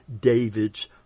David's